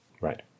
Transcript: Right